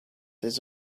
his